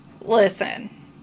Listen